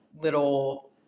little